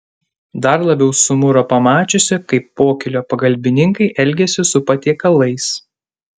dar labiau sumuro pamačiusi kaip pokylio pagalbininkai elgiasi su patiekalais